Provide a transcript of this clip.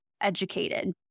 educated